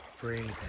breathe